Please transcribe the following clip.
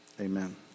Amen